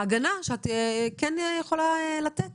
ההגנה שאת כן יכולה לתת